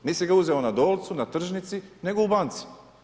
Nisi ga uzeo na Dolcu, na tržnici, nego u banci.